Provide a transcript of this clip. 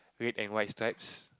red and white stripes